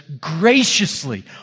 graciously